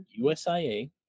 USIA